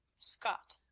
scott